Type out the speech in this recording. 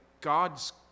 God's